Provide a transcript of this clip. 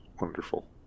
Wonderful